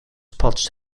spots